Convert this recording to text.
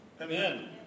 Amen